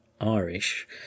Irish